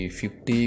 50